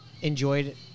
enjoyed